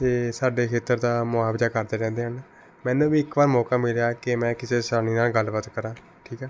ਅਤੇ ਸਾਡੇ ਖੇਤਰ ਦਾ ਮੁਆਵਜ਼ਾ ਕਰਦੇ ਰਹਿੰਦੇ ਹਨ ਮੈਨੂੰ ਵੀ ਇੱਕ ਵਾਰ ਮੌਕਾ ਮਿਲਿਆ ਕਿ ਮੈਂ ਕਿਸੇ ਸੈਲਾਨੀ ਨਾਲ ਗੱਲਬਾਤ ਕਰਾਂ ਠੀਕ ਹੈ